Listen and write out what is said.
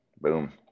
boom